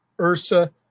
Ursa